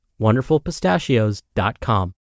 WonderfulPistachios.com